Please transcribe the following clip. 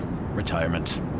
retirement